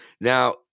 Now